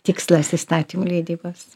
tikslas įstatymų leidybos